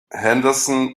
henderson